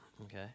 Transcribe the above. Okay